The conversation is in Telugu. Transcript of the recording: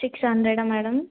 six hundred madam